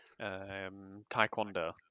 Taekwondo